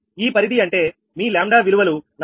ఈ పరిధి అంటే మీ 𝜆 విలువలు 46